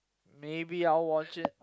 maybe I'll watch it